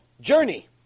journey